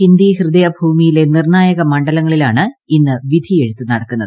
ഹിന്ദി ഹൃദയഭൂമിയിലെ നിർണായക മണ്ഡലങ്ങളിലാണ് എന്ന് വിധിയെഴുത്ത് നടക്കുന്നത്